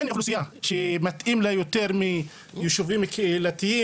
אין אוכלוסייה שמתאים לה יותר מיישובים קהילתיים,